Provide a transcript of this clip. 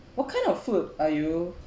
what kind of food are you